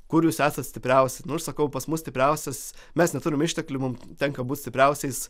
kur jūs esat stipriausi nu aš sakau pas mus stipriausias mes neturim išteklių mum tenka būt stipriausiais